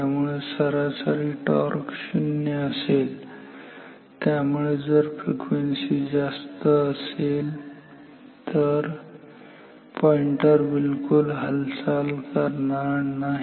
त्यामुळे सरासरी टॉर्क शून्य असेल त्यामुळे जर फ्रिक्वेन्सी जास्त असेल तर पॉईंटर बिलकुल हालचाल करणार नाही